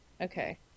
Okay